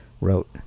wrote